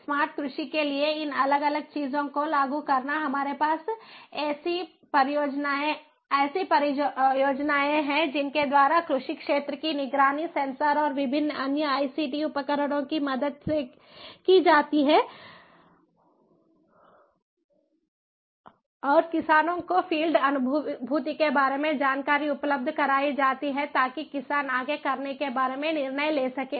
smart कृषि के लिए इन अलग अलग चीजों को लागू करना हमारे पास ऐसी परियोजनाएँ हैं जिनके द्वारा कृषि क्षेत्र की निगरानी सेंसर और विभिन्न अन्य आईसीटी उपकरणों की मदद से की जाती है और किसानों को फील्ड अनुभूति के बारे में जानकारी उपलब्ध कराई जाती है ताकि किसान आगे करने के बारे में निर्णय ले सकें